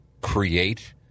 create